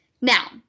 Now